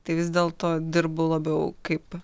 tai vis dėlto dirbu labiau kaip